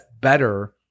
better